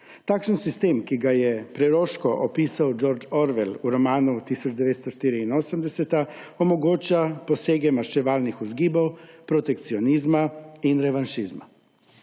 Takšen sistem, ki ga je preroško opisal George Orwell v romanu 1984, omogoča posege maščevalnih vzgibov, protekcionizma in revanšizma.